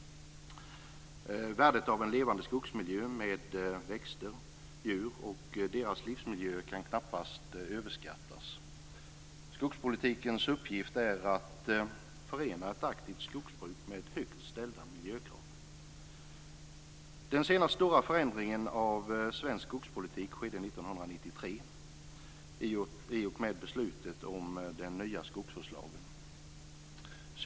Värdet av en levande skogsmiljö med växter och djur och deras livsmiljöer kan knappast överskattas. Skogspolitikens uppgift är att förena ett aktivt skogsbruk med högt ställda miljökrav. Den senaste stora förändringen av svensk skogspolitik skedde 1993 i och med beslutet om den nya skogsvårdslagen.